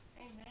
Amen